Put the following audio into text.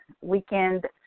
weekend